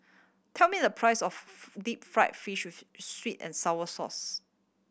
tell me the price of deep fried fish sweet and sour sauce